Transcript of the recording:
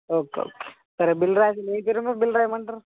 okay okay సరే bill రాసి మీ పేరు మీద బిల్ రాయమంటారు